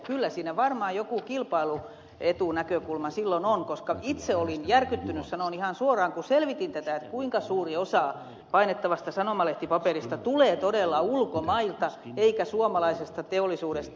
kyllä siinä varmaan joku kilpailuetunäkökulma silloin on koska itse olin järkyttynyt sanon ihan suoraan kun selvitin tätä kuinka suuri osa painettavasta sanomalehtipaperista tulee todella ulkomailta eikä suomalaisesta teollisuudesta